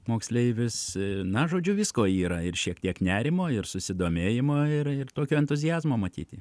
moksleivius na žodžiu visko yra ir šiek tiek nerimo ir susidomėjimo ir tokio entuziazmo matyti